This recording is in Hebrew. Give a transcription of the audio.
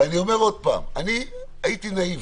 הייתי נאיבי,